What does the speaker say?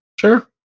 Sure